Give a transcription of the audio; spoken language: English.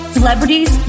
Celebrities